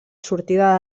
sortida